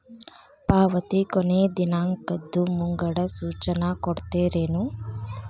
ಪಾವತಿ ಕೊನೆ ದಿನಾಂಕದ್ದು ಮುಂಗಡ ಸೂಚನಾ ಕೊಡ್ತೇರೇನು?